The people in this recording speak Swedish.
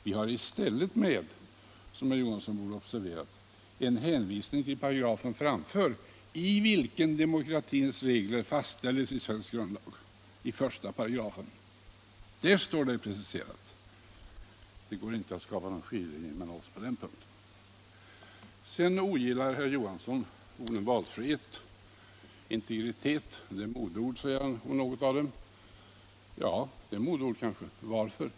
Vi har i stället, som herr Johansson borde ha observerat, en hänvisning till 1 §, i vilken demokratins regler fastställs och preciseras i svensk grundlag. — Det går inte att skapa någon skiljelinje mellan oss på denna punkt. Herr Johansson ogillar orden valfrihet och integritet." Det är modeord, säger han om något av dem. Ja, det är kanske modeord, men varför?